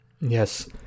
Yes